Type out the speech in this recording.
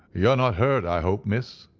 you're not hurt, i hope, miss,